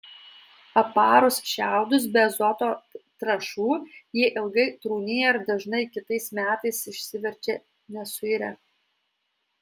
aparus šiaudus be azoto trąšų jie ilgai trūnija ir dažnai kitais metais išsiverčia nesuirę